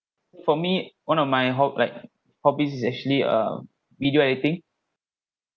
for me one of my hob like hobbies is actually uh video editing